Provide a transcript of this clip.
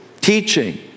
teaching